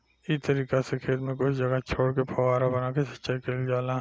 इ तरीका से खेत में कुछ जगह छोर के फौवारा बना के सिंचाई कईल जाला